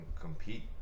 compete